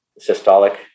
systolic